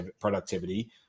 productivity